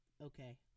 Okay